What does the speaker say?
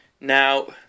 now